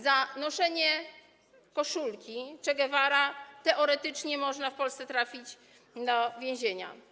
Za noszenie koszulki z Che Guevarą teoretycznie można w Polsce trafić do więzienia.